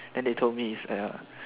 then they told me it's a